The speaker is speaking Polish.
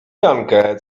jankę